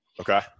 Okay